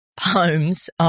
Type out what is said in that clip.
homes